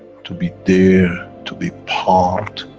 to be there to be part,